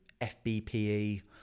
FBPE